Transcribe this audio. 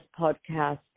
podcast